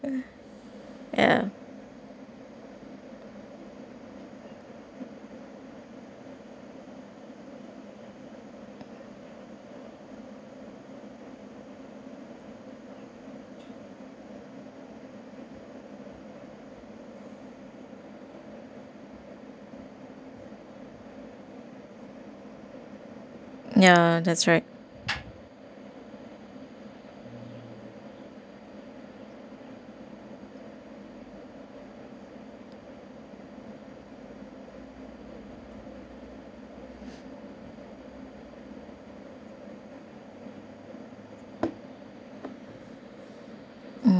ya ya that's right